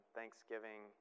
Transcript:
thanksgiving